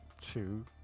two